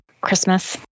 Christmas